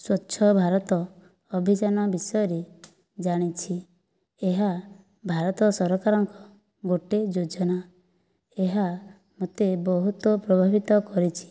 ସ୍ୱଚ୍ଛଭାରତ ଅଭିଯାନ ବିଷୟରେ ଜାଣିଛି ଏହା ଭାରତ ସରକାରଙ୍କ ଗୋଟିଏ ଯୋଜନା ଏହା ମୋତେ ବହୁତ ପ୍ରଭାବିତ କରିଛି